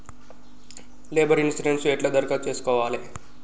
Labour insurance ఎట్ల దరఖాస్తు చేసుకోవాలే?